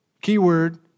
keyword